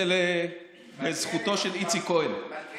זה לזכותו של איציק כהן.